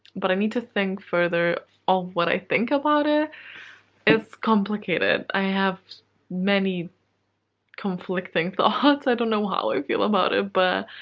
but i need to think further of what i think about it ah it's complicated. i have many conflicting thoughts. i don't know how i feel about it. but um,